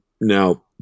Now